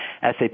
SAP